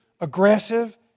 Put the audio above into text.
aggressive